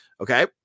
Okay